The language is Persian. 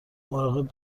مراقب